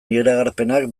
iragarpenak